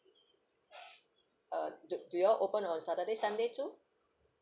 uh do do you all open on saturday sunday too